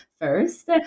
first